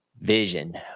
vision